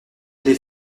allez